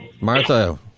Martha